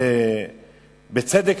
בצדק,